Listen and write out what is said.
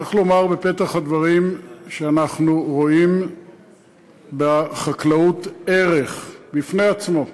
צריך לומר בפתח הדברים שאנחנו רואים בחקלאות ערך בפני עצמו,